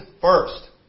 first